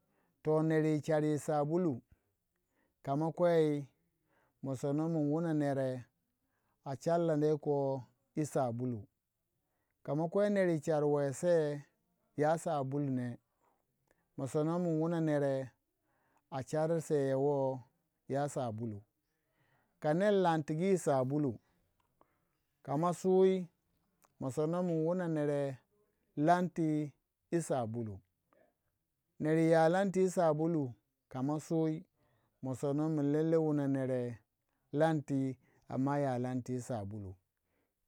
Tona re chare sabulu kama kwei ma sono min wuna nere a char landa yoh koh yi sabulu kama kwei neru charwei sei ya sabulu neh ma sonoh mun wuna nere a char sei ya woh ya sabulu kaner lantigi yi sabulu kama suyi ma sono mun wuna nere lanti yi sabulu neru wu ya lanti yi sabulu kama sui ma sonoh mun lele wuna nure lanti ama ya lanti ti sabulu.